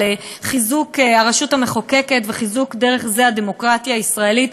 על חיזוק הרשות המחוקקת וחיזוק דרך זה של הדמוקרטיה הישראלית.